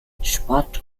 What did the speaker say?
sport